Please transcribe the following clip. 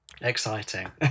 Exciting